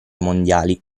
mondiali